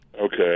okay